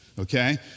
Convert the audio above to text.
Okay